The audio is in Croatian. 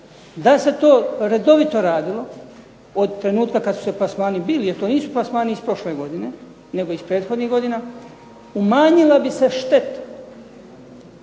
Da se to redovito radilo, od trenutka kad su plasmani bili jer to nisu plasmani iz prošle godine nego iz prethodnih godina, umanjila bi se šteta.